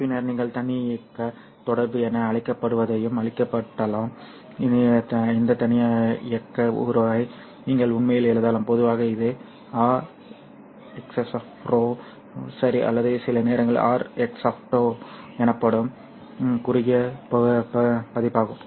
பின்னர் நீங்கள் தன்னியக்க தொடர்பு என அழைக்கப்படுவதையும் அறிமுகப்படுத்தலாம் இந்த தன்னியக்க உறவை நீங்கள் உண்மையில் எழுதலாம் பொதுவாக இது Rxx τ சரி அல்லது சில நேரங்களில் Rx τ எனப்படும் குறுகிய பதிப்பாகும்